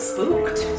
Spooked